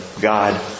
God